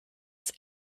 this